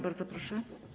Bardzo proszę.